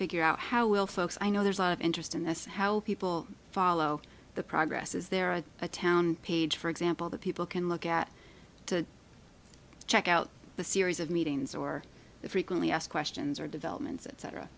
figure out how will folks i know there's a lot of interest in this how people follow the progress is there a town page for example that people can look at to check out the series of meetings or the frequently asked questions or developments that cetera